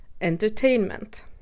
Entertainment